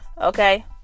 Okay